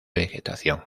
vegetación